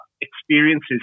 experiences